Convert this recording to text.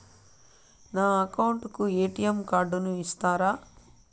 నా అకౌంట్ కు ఎ.టి.ఎం కార్డును ఇస్తారా